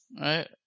right